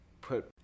put